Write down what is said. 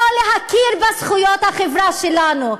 לא להכיר בזכויות החברה שלנו,